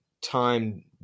time